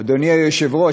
אדוני היושב-ראש,